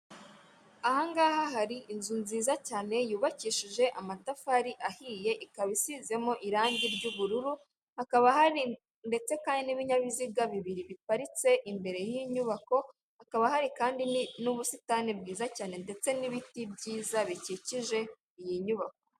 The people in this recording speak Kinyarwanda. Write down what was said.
Aha ngaha hari inzu nziza cyane yubakishije amatafari ahiye ikaba isizemo irangi ry'ubururu. Hakaba hari ndetse kandi n'ibinyabiziga bibiri biparitse imbere y'iyi nyubako, hakaba hari kandi n'ubusitani bwiza cyane ndetse n'ibiti byiza bikikije iyi nyubako.